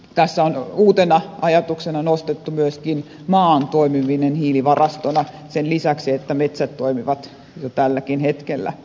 tässä on uutena ajatuksena nostettu myöskin maan toimiminen hiilivarastona sen lisäksi että metsät toimivat jo tälläkin hetkellä